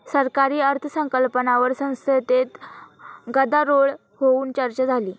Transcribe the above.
सरकारी अर्थसंकल्पावर संसदेत गदारोळ होऊन चर्चा झाली